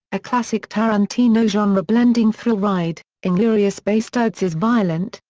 a classic tarantino genre-blending thrill ride, inglourious basterds is violent,